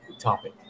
topic